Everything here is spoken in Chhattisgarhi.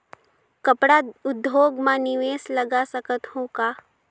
कपड़ा उद्योग म निवेश लगा सकत हो का?